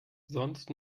sonst